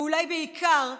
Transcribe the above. ואולי בעיקר,